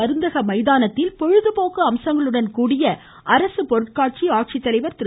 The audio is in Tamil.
மருந்தக மைதானத்தில் பொழுதுபோக்கு அம்சங்களுடன் கூடிய அரசுப் பொருட்காட்சியை ஆட்சித்தலைவர் திரு